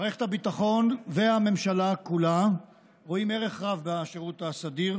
מערכת הביטחון והממשלה כולה רואות ערך רב בשירות הסדיר,